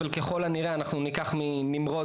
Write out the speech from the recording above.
אבל ככל הנראה אנחנו ניקח מנמרוד,